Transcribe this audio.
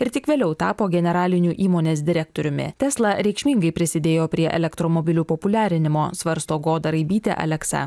ir tik vėliau tapo generaliniu įmonės direktoriumi tesla reikšmingai prisidėjo prie elektromobilių populiarinimo svarsto goda raibytė aleksa